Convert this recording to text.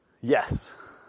Yes